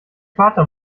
vater